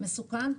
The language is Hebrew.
מסוכן.